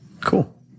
Cool